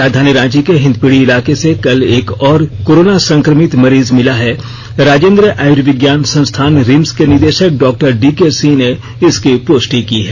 राजधानी रांची के हिंदपीढ़ी इलाके से कल एक और कोरोना संक्रमित मरीज मिला है राजेंद्र आयुर्विज्ञान संस्थान रिम्स के निदेशक डॉ डीके सिंह ने इसकी पुष्टि की है